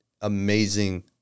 amazing